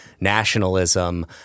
nationalism